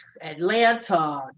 Atlanta